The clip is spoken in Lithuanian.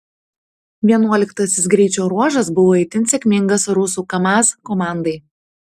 vienuoliktasis greičio ruožas buvo itin sėkmingas rusų kamaz komandai